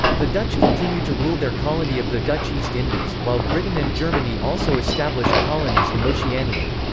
the dutch continued to rule their colony of the dutch east indies, while britain and germany also established colonies in oceania.